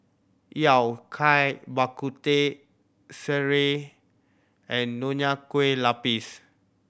Yao Cai Bak Kut Teh sireh and Nonya Kueh Lapis